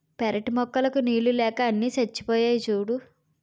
పెరటి మొక్కలకు నీళ్ళు లేక అన్నీ చచ్చిపోయాయి సూడూ